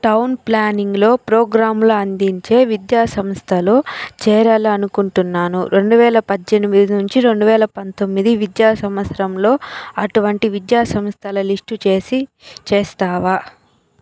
town ప్లానింగ్లో ప్రోగ్రాంలు అందించే విద్యా సంస్థలో చేరాలనుకుంటున్నాను రెండు వేల పద్దెనిమిది నుంచి రెండు వేల పంతొమ్మిది విద్యా సంవత్సరంలో అటువంటి విద్యా సంస్థల లిస్టు చేసి చేస్తావా